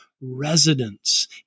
residence